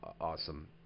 awesome